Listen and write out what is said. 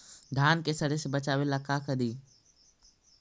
धान के सड़े से बचाबे ला का करि?